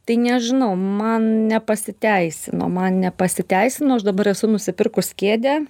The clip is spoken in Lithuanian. tai nežinau man nepasiteisino man nepasiteisino aš dabar esu nusipirkus kėdę